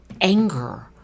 anger